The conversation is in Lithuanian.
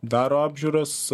daro apžiūras